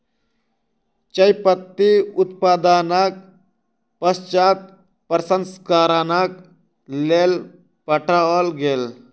चाय पत्ती उत्पादनक पश्चात प्रसंस्करणक लेल पठाओल गेल